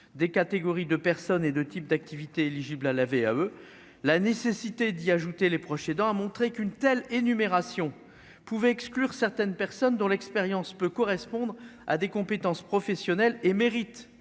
des catégories de personnes et de type d'activité éligible à la VAE la nécessité d'y ajouter les proches aidants a montré qu'une telle énumération pouvait exclure certaines personnes dont l'expérience peut correspondre à des compétences professionnelles et mérite